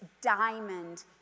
diamond